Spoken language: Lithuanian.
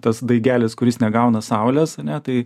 tas daigelis kuris negauna saulės ane tai